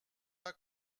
pas